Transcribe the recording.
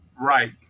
Right